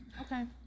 Okay